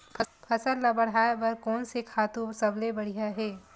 फसल ला बढ़ाए बर कोन से खातु सबले बढ़िया हे?